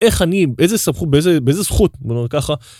איך אני איזה סמכות באיזה .. באיזה זכות ככה.